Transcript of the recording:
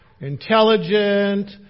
intelligent